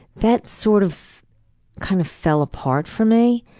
that sort of kind of fell apart for me,